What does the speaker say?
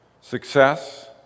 success